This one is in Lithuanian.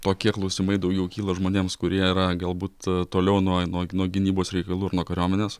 tokie klausimai daugiau kyla žmonėms kurie yra galbūt toliau nuo nuo nuo gynybos reikalų ir nuo kariuomenės